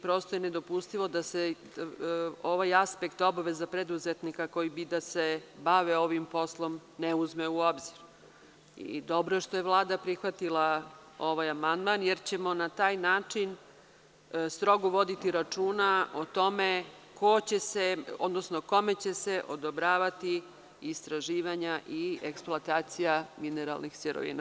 Prosto je nedopustivo da se ovaj aspekt obaveza preduzetnika koji bi da se bave ovim poslom ne uzme u obzir i dobro je što je Vlada prihvatila ovaj amandman jer ćemo na taj način strogo voditi računa o tome ko će se, odnosno kome će se odobravati istraživanja i eksploatacija mineralnih sirovina.